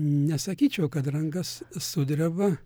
nesakyčiau kad ranka s sudreba